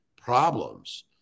problems